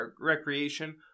recreation